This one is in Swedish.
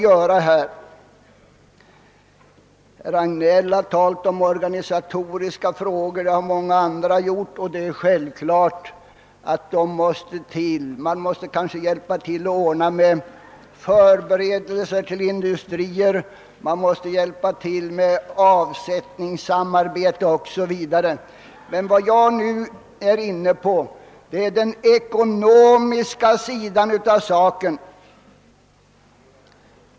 Herr Hagnell har liksom många andra talat om organisatoriska frågor, och det är självklart, att man måste hjälpa med förberedelser till uppbyggnad av industrier, med avsättningssamarbete m.m. Jag tänker emellertid närmast på den ekonomiska sidan av saken.